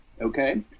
Okay